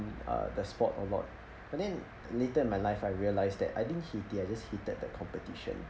uh the sport a lot but then later in my life I realised that I didn't hate it I just hated the competition